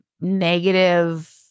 negative